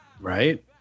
Right